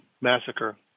massacre